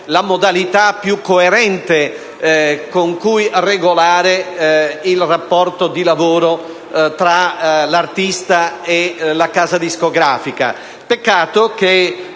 la modalità più coerente con cui regolare il rapporto di lavoro tra l'artista e la casa discografica. Peccato che,